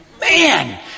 man